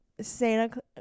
Santa